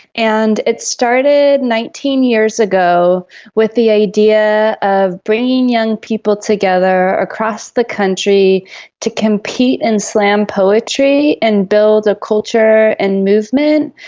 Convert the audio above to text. and it started nineteen years ago with the idea of bringing young people together across the country to compete in slam poetry and build a culture and movement,